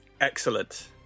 Excellent